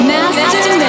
Master